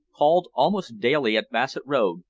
called almost daily at bassett road,